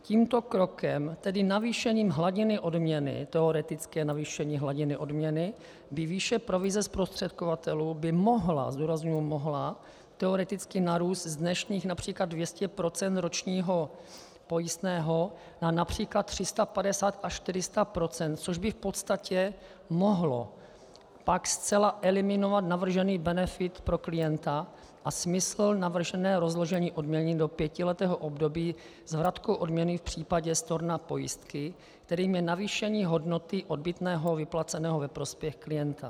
Tímto krokem, tedy navýšením hladiny odměny, teoretické navýšení hladiny odměny, by výše provize zprostředkovatelů mohla, zdůrazňuji mohla, teoreticky narůst z dnešních například 200 % ročního pojistného na například 350 až 400 %, což by v podstatě mohlo pak zcela eliminovat navržený benefit pro klienta a smysl navrženého rozložení odměny do pětiletého období s vratkou odměny v případě storna pojistky, kterým je navýšení hodnoty odbytného vyplaceného ve prospěch klienta.